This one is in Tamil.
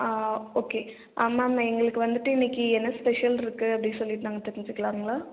ஓகே மேம் எங்களுக்கு வந்துட்டு இன்னிக்கு என்ன ஸ்பெஷல் இருக்கு அப்படினு சொல்லிட்டு நாங்கள் தெரிஞ்சிக்களாங்களா